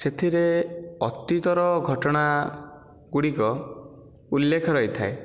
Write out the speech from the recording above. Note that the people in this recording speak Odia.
ସେଥିରେ ଅତୀତର ଘଟଣା ଗୁଡ଼ିକ ଉଲ୍ଲେଖ ରହିଥାଏ